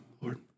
Lord